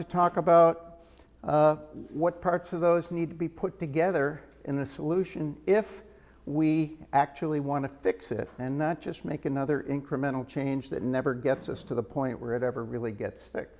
to talk about what parts of those need be put together in the solution if we actually want to fix it and not just make another incremental change that never gets us to the point where it ever really get